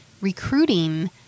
recruiting